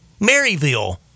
Maryville